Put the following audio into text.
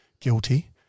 guilty